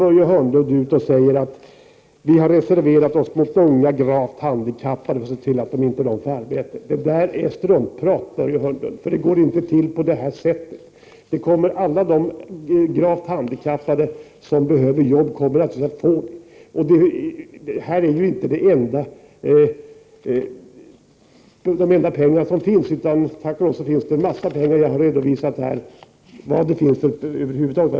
Börje Hörnlund säger att socialdemokraterna har reserverat sig mot att man ser till att unga, gravt handikappade människor får arbete. Det är struntprat, Börje Hörnlund. Det går inte till på det sättet. Alla gravt handikappade som behöver jobb kommer att få det. De pengar som Börje Hörnlund vill anslå är ju inte de enda, utan tack och lov finns det en massa andra pengar — jag har redovisat vilka pengar det finns över huvud taget.